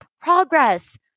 progress